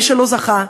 ומי שלא זכה,